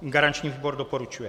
Garanční výbor doporučuje.